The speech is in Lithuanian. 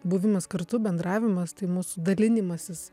buvimas kartu bendravimas tai mūsų dalinimasis